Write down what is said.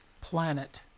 planet